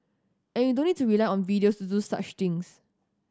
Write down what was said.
and you don't need to rely on videos to do such things